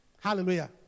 Hallelujah